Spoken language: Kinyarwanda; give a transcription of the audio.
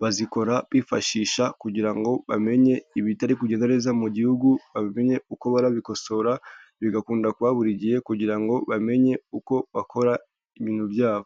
bazikora bifashisha kugira ngo bamenye ibitari kugenda neza mu gihugu, babimenye uko barabikosora bigakunda kuba buri gihe kugira ngo bamenye uko bakora ibintu byabo.